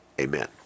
Amen